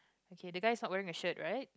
okay the guy is not wearing a shirt right